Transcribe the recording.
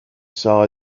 saw